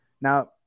Now